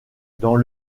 dans